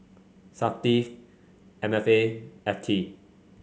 Safti M F A F T